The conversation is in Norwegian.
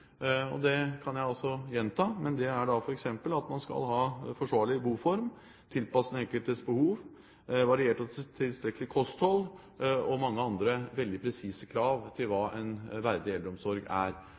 Jeg kan gjenta det, det er f.eks. at man skal ha en forsvarlig boform tilpasset den enkeltes behov og et variert og tilstrekkelig kosthold. Det er mange andre veldig presise krav til